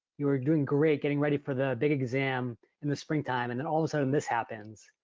you're doing great getting ready for the big exam in the springtime and then all of a sudden this happens.